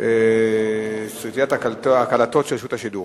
(29 ביולי 2009): בסרטיית ההקלטות של רשות השידור